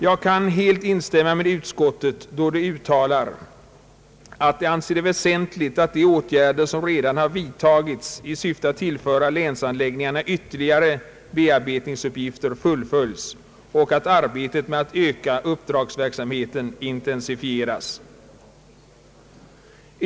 Jag kan helt instämma med utskottet då man uttalar att det är väsentligt att de åtgärder som redan har vidtagits i syfte att tillföra länsanläggningarna ytterligare bearbetningsuppgifter fullföljs och att arbetet med att öka uppdragsverksamheten intensifieras.